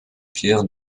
pierres